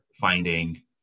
finding